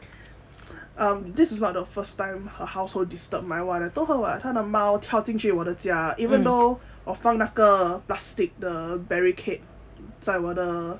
um this is not the first time her household disturb my one I told her [what] 他的猫跳进我的家 even though 我放那个 plastic the barricade 在我的